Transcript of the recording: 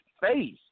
face